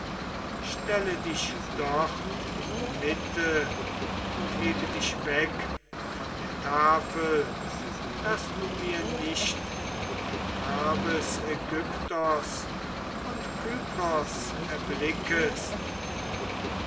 stelle dich dort in die mitte und hebe dich weg von der tafel daß du mir nicht ein herbes aigyptos und kypros erblickest